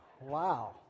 Wow